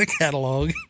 catalog